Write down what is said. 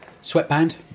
sweatband